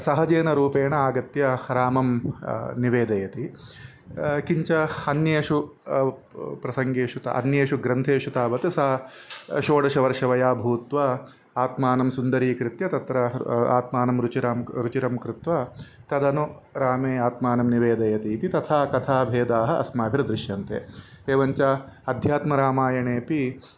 सहजेन रूपेण आगत्य रामं निवेदयति किञ्च अन्येषु प्रसङ्गेषु अन्येषु ग्रन्थेषु तावत् सा षोडशवर्षवया भूत्वा आत्मानं सुन्दरीकृत्य तत्र आत्मानं रुचिरां रुचिरं कृत्वा तदनु रामे आत्मानं निवेदयति इति तथा कथा भेदाः अस्माभिः दृश्यन्ते एवञ्च अध्यात्मरामायणेपि